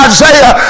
Isaiah